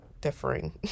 differing